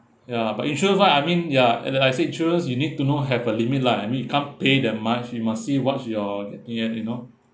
ya but insurance what I mean ya and uh I said insurance you need to know have a limit lah I mean you can't pay that much you must see what's your E_N you know